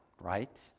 right